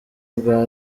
bwa